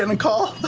and and call.